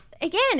again